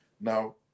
now